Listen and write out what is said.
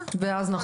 עזר